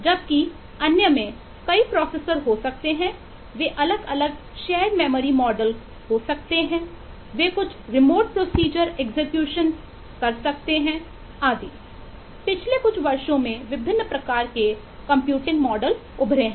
जबकि अन्य में कई प्रोसेसर उभरे हैं